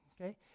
okay